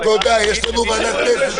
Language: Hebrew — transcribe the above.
יש עתיד-תל"ם,